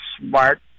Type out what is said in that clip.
smart